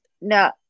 No